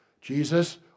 Jesus